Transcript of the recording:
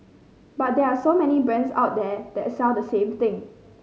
but there are so many brands out there that sell the same thing